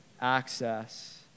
access